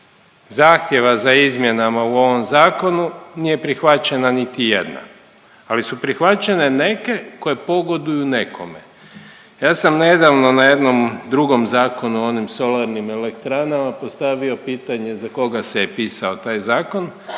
zahtjeva za izmjenama u ovom zakonu nije prihvaćena niti jedna, ali su prihvaćene neke koje pogoduju nekome. Ja sam nedavno na jednom drugom zakonu, o onim solarnim elektranama postavio pitanje za koga se je pisao taj zakon